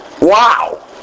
Wow